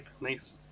Nice